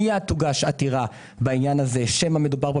מיד תוגש עתירה בעניין הזה שמא מדובר פה